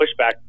pushback